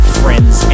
friends